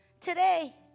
today